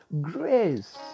grace